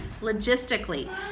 logistically